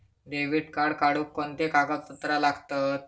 Debit card काढुक कोणते कागदपत्र लागतत?